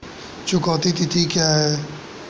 चुकौती तिथि क्या है?